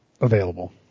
available